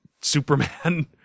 Superman